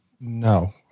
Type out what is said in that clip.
no